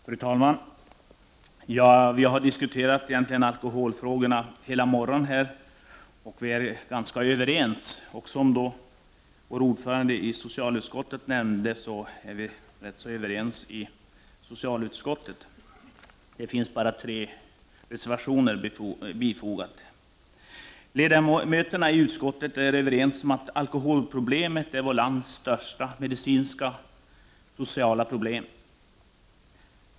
Fru talman! Vi har egentligen diskuterat alkoholfrågorna hela förmiddagen, och vi är ganska överens. Och som ordföranden i socialutskottet nämnde är vi också ganska överens i socialutskottet — endast tre reservationer har fogats till betänkandet. Ledamöterna i utskottet är överens om att alkoholproblemet är vårt lands största medicinska och sociala problem.